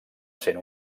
sent